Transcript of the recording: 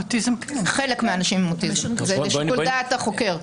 חלק מהאנשים עם אוטיזם, זה לשיקול דעת החוקר.